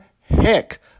heck